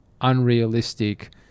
unrealistic